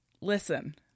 Listen